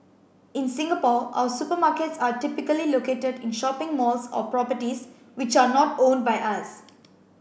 in Singapore our supermarkets are typically located in shopping malls or properties which are not owned by us